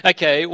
Okay